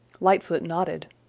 lightfoot nodded.